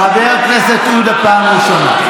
חבר הכנסת עודה, פעם ראשונה.